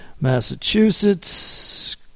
Massachusetts